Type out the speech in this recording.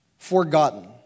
Forgotten